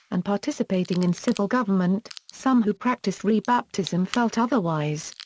and participating in civil government, some who practiced re-baptism felt otherwise.